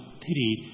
pity